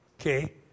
Okay